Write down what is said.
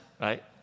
right